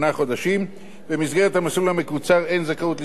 במסגרת המסלול המקוצר אין זכאות לשכר טרחת עורך-דין,